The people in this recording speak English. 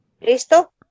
¿Listo